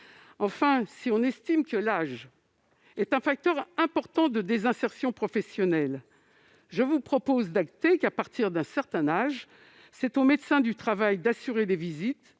si l'on estime que l'âge est un facteur important de désinsertion professionnelle, je vous propose d'acter qu'à partir d'un certain âge c'est au médecin du travail d'assurer des visites,